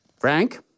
Frank